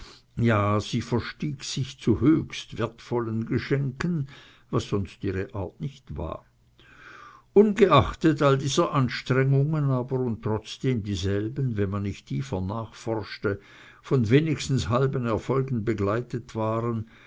ja sie verstieg sich zu höchst wertvollen geschenken was sonst ihre sache nicht war ungeachtet all dieser anstrengungen aber und trotzdem dieselben wenn man nicht tiefer nachforschte von wenigstens halben erfolgen begleitet waren